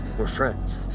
we're friends.